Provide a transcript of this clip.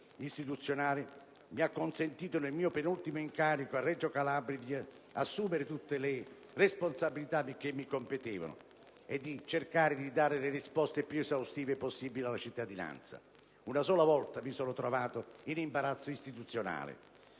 istituzionale mi ha consentito, nel mio penultimo incarico a Reggio Calabria, di assumere tutte le responsabilità che mi competevano e di cercare di dare le risposte più esaustive possibile alla cittadinanza. Una sola volta mi sono trovato in imbarazzo istituzionale,